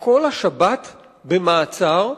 למשך כל השבת במעצר,